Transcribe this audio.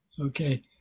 Okay